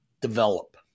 develop